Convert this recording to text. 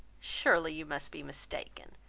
surely you must be mistaken.